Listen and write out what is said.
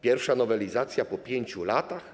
Pierwsza nowelizacja po 5 latach?